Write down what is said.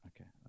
Okay